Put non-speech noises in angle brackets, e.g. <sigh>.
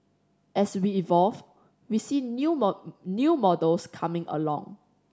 as we evolve we see new <unintelligible> new models coming along